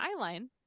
eyeline